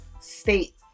state